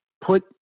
put